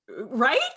Right